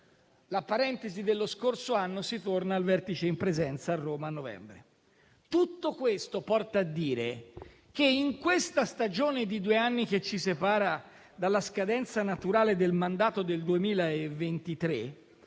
la parentesi dello scorso anno, si torna al vertice in presenza a Roma, a novembre. Tutto ciò porta a dire che in questa stagione di due anni che ci separa dalla scadenza naturale del mandato del 2023